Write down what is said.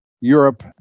Europe